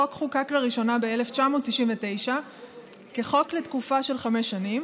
החוק חוקק לראשונה ב-1999 לתקופה של חמש שנים,